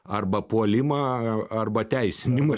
arba puolimą arba teisinimą